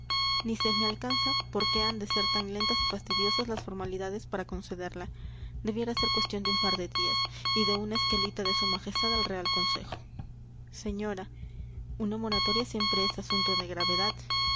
ni se me alcanza por qué han de ser tan lentas y fastidiosas las formalidades para concederla debiera ser cuestión de un par de días y de una esquelita de su majestad al real consejo señora una moratoria siempre es asunto de gravedad